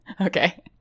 Okay